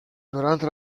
durante